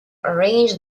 arranged